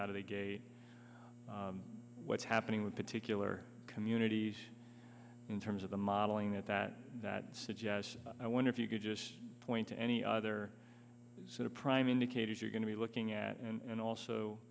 of the gate what's happening with particular communities in terms of the modeling that that that suggests i wonder if you could just point to any other sort of prime indicators you're going to be looking at and a